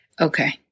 Okay